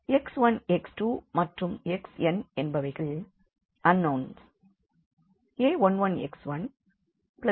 x1 x2 மற்றும் xnஎன்பவைகள் unknowns